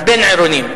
הבין-עירוניים.